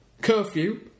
curfew